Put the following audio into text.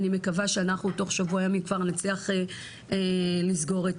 אני מקווה שאנחנו בתוך שבוע ימים כבר נצליח לסגור את